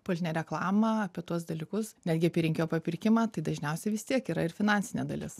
politinę reklamą apie tuos dalykus netgi apie rinkėjų papirkimą tai dažniausiai vis tiek yra ir finansinė dalis